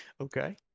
Okay